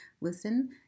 listen